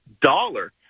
dollar